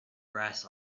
brass